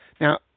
Now